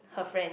her friend